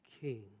king